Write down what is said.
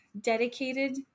dedicated